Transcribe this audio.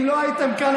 אם לא הייתם כאן,